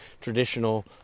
traditional